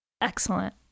Excellent